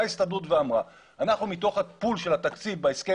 באה ההסתדרות ואמרה: אנחנו מתוך הפול של התקציב בהסכם